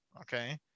okay